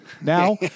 Now